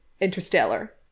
Interstellar